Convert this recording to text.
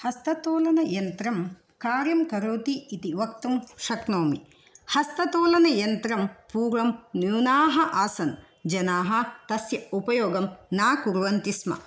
हस्ततोलनयन्त्रं कार्यं करोति इति वक्तुं शक्नोमि हस्ततोलनयन्त्रं पूर्वं न्यूनाः आसन् जनाः तस्य उपयोगान् न कुर्वन्ति स्म